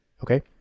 okay